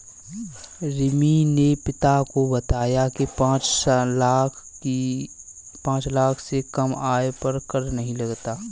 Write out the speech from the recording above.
रिमी ने पिता को बताया की पांच लाख से कम आय पर कर नहीं लगता